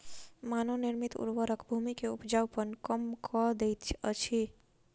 मानव निर्मित उर्वरक भूमि के उपजाऊपन कम कअ दैत अछि